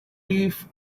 leaf